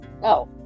no